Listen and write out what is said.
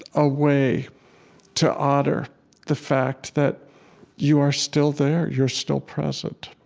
a way to honor the fact that you are still there, you're still present.